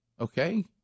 Okay